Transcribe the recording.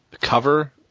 cover